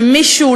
שמישהו,